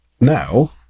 now